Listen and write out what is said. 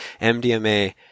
mdma